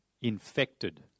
infected